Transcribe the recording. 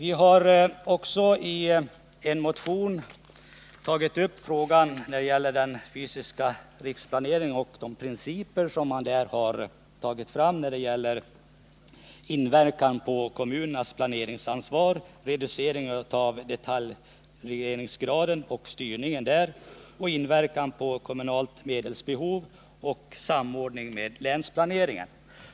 I en motion har vi tagit upp principerna i den fysiska riksplaneringen när det gäller inverkan på kommunernas planeringsansvar, reducering av detaljeringsgraden och styrningen, inverkan på kommunalt medelsbehov och samordning med länsplaneringen.